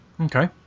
Okay